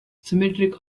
symmetric